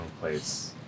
place